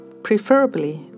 Preferably